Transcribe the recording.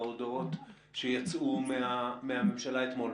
ההודעות שיצאו מן הממשלה אתמול.